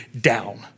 down